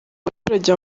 abaturage